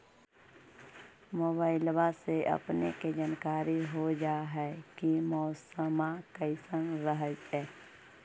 मोबाईलबा से अपने के जानकारी हो जा है की मौसमा कैसन रहतय?